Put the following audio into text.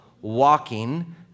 walking